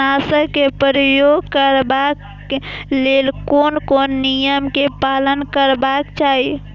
कीटनाशक क प्रयोग करबाक लेल कोन कोन नियम के पालन करबाक चाही?